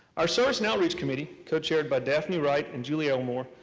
our source and outreach committee, so chaired by daphne wright and julie elmore,